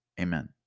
Amen